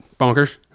bonkers